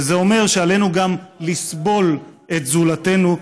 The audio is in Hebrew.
וזה אומר שעלינו "לסבול" את זולתנו,